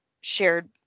shared